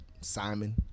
simon